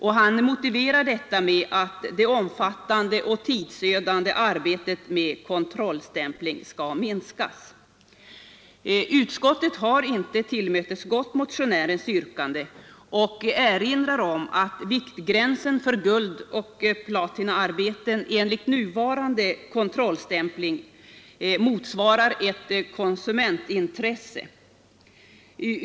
Motionären motiverar detta med att det omfattande och tidsödande arbetet med kontrollstämpling i så fall skulle minska. Utskottet har inte tillmötesgått detta yrkande och erinrar om att viktgränsen för guld och platinaarbeten enligt nuvarande kontrollsystem är satt vid I gram och att kontrollstämplingen motsvarar ett konsumentintresse.